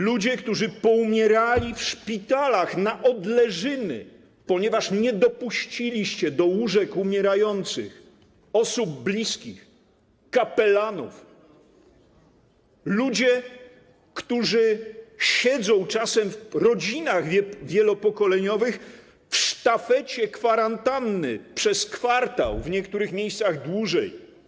Ludzie, którzy poumierali w szpitalach na odleżyny, ponieważ nie dopuściliście do łóżek umierających osób bliskich, kapelanów, ludzie, którzy siedzą czasem w rodzinach wielopokoleniowych w sztafecie kwarantanny przez kwartał, w niektórych miejscach dłużej.